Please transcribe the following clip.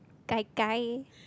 Gai-Gai